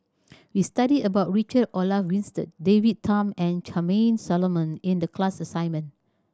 we studied about Richard Olaf Winstedt David Tham and Charmaine Solomon in the class assignment